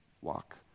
walk